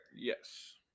yes